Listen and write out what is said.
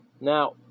Now